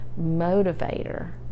motivator